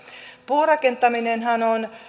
puurakentaminenhan on